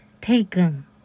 taken